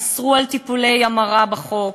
אסרו טיפולי המרה בחוק,